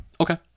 Okay